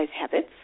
habits